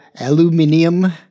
aluminium